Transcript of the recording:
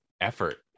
effort